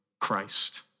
Christ